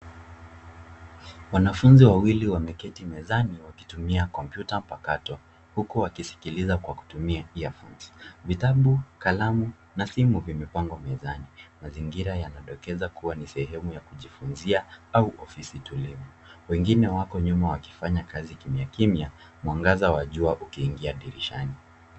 Wanafunzi wawili wameketi mezani wakitumia kompyuta mpakato huku wakisikiliza kwa kutumia earphones . Vitabu, kalamu na simu vimepangwa mezani. Mazingira yanadokeza kuwa ni sehemu ya kujifunzia au ofisi tulivu. Wengine wako nyuma wakifanya kazi kimya kimywa, mwangaza wa jua ukiingia dirishani.